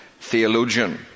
theologian